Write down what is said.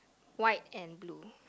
white and blue